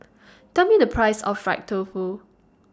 Tell Me The Price of Fried Tofu